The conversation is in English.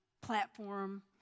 platform